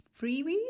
freebie